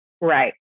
Right